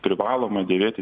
privaloma dėvėti